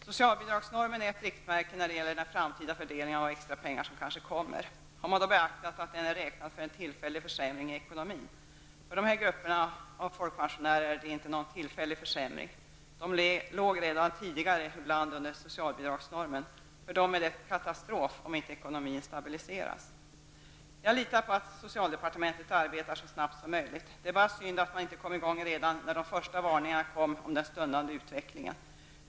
Socialbidragsnormen är ett riktmärke när det gäller den framtida fördelningen av extrapengar som kanske kommer. Har man då beaktat att den är räknad för en tillfällig försämring i ekonomin? För dessa grupper av folkpensionärer är det inte någon tillfällig försämring. De låg redan tidigare ibland under socialbidragsnormen. För dem är det katastrof om inte ekonomin stabiliseras. Jag litar på att socialdepartementet arbetar så snabbt som möjligt. Det är bara synd att man inte kom i gång redan när de första varningarna kom om den stundande utvecklingen.